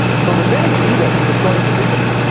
so, the minute you do that, you destroy your positioning.